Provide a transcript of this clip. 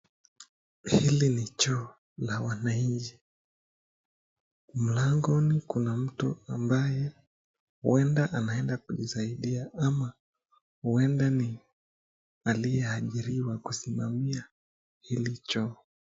ili ni choo la wananchi, mlangoni kuna mtu ambaye huenda anaenda kujisaidia ama huenda ni aliye ajiriwa kusimamia hili choo.